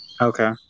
okay